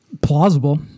Plausible